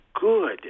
good